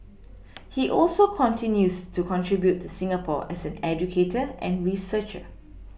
he also continues to contribute to Singapore as an educator and researcher